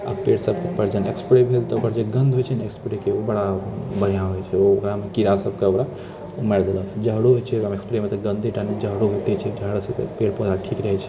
आ पेड़ सभके उपर जब स्प्रे भेल तऽ ओकर जे गन्ध होइत छै ने स्प्रेके ओ बड़ा बढ़िआँ होइत छै ओकरामे कीड़ा सभके ओकरा मारि देलक जहरो होइत छै ओकरामे स्प्रेमे गन्धेटा नहि जहरो होइते छै जहरसँ तऽ पेड़ पौधा ठीक रहैत छै